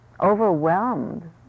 overwhelmed